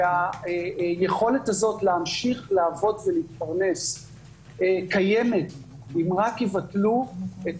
היכולת הזאת להמשיך לעבוד ולהתפרנס קיימת אם רק יבטלו את